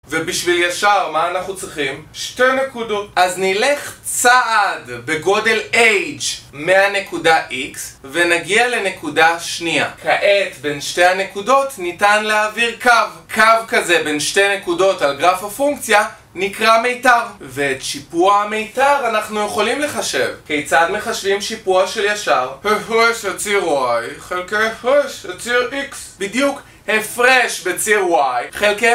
ובשביל ישר, מה אנחנו צריכים? שתי נקודות. אז נלך צעד בגודל h מהנקודה x ונגיע לנקודה שנייה כעת בין שתי הנקודות ניתן להעביר קו. קו כזה בין שתי נקודות על גרף הפונקציה נקרא מיתר, ואת שיפוע המיתר אנחנו יכולים לחשב. כיצד מחשבים שיפוע של ישר? הפרש בציר y, חלקי הפרש בציר x. בדיוק, הפרש בציר y חלקי